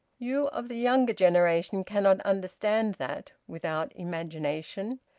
you of the younger generation cannot understand that without imagination.